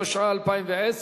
התשע"א 2010,